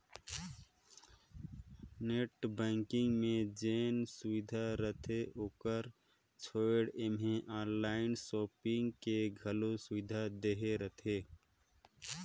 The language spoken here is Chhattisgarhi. नेट बैंकिग मे जेन सुबिधा रहथे ओकर छोयड़ ऐम्हें आनलाइन सापिंग के घलो सुविधा देहे रहथें